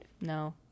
No